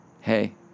Hey